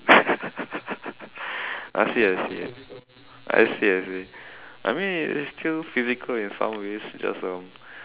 I see I see I see I see I mean it's still physical in some ways just um